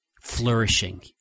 Flourishing